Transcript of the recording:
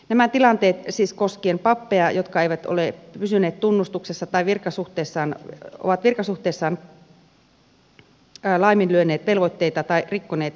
nämä tilanteet siis koskevat pappeja jotka eivät ole pysyneet tunnustuksessa tai ovat virkasuhteessaan laiminlyöneet tai rikkoneet velvoitteitaan